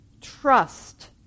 trust